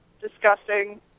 disgusting